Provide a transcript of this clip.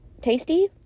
tasty